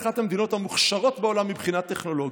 אחת המדינות המוכשרות בעולם מבחינה טכנולוגית,